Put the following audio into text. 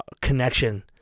connection